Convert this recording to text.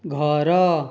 ଘର